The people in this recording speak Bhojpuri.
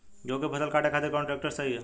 गेहूँ के फसल काटे खातिर कौन ट्रैक्टर सही ह?